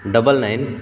double nine